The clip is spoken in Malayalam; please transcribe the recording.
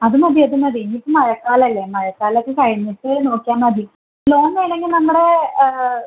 അത് മതി അത് മതി ഇനി ഇപ്പം മഴക്കാലമല്ലേ മഴക്കാലൊക്കെ കഴിഞ്ഞിട്ട് നോക്കിയാൽ മതി ലോൺ വേണമെങ്കിൽ നമ്മുടെ